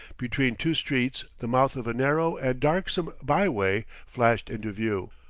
between two streets the mouth of a narrow and darksome byway flashed into view.